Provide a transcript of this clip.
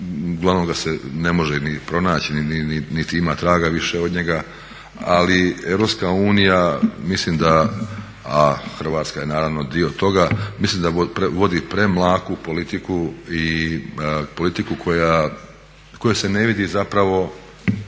uglavnom ga se ne može ni pronaći niti ima traga više od njega, ali EU mislim da, a Hrvatska je naravno dio toga, mislim da vodi premlaku politiku i politiku kojoj se ne vidi zapravo